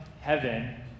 heaven